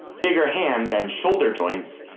bigger hands and shoulder joints,